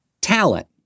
talent